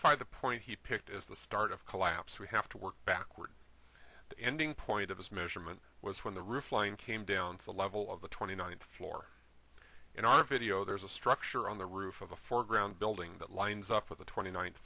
find the point he picked as the start of collapse we have to work backward the ending point of this measurement was when the roof line came down to the level of the twenty ninth floor in our video there's a structure on the roof of the foreground building that lines up with the twenty ninth